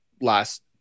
last